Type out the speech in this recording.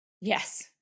Yes